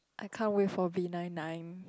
I can't wait for V nine nine